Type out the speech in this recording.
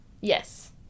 Yes